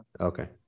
Okay